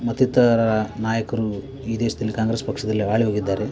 ಮತ್ತಿತರ ನಾಯಕರು ಈ ದೇಶದಲ್ಲಿ ಕಾಂಗ್ರೆಸ್ ಪಕ್ಷದಲ್ಲಿ ಆಳಿ ಹೋಗಿದ್ದಾರೆ